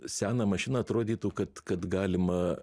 seną mašiną atrodytų kad kad galima